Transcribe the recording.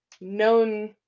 known